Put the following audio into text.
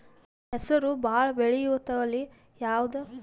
ಹೆಸರು ಭಾಳ ಬೆಳೆಯುವತಳಿ ಯಾವದು?